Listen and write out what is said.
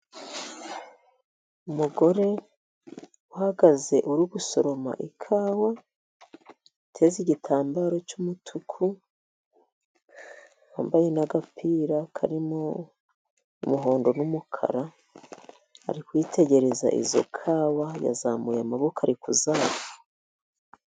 Umugore uhagaze uri gusoroma ikawa, uteze igitambaro cy'umutuku, wambaye n'agapira karimo umuhondo n'umukara, ari kwitegereza izo kawa, yazamuye amaboko ari kuza....